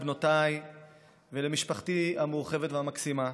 לבנותיי ולמשפחתי המורחבת והמקסימה,